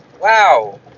wow